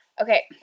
Okay